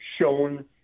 shown